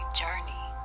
journey